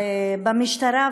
במשטרה,